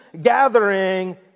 gathering